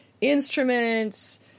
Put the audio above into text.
instruments